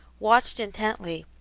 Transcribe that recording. watched intently,